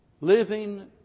Living